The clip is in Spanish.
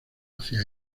hacia